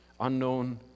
unknown